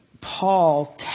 Paul